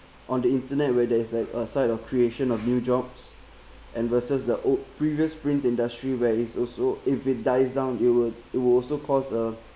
on the internet where there is like a side of creation of new jobs and versus the old previous print industry where is also if it dies down it will it will also cause a